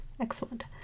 Excellent